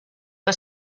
que